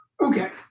Okay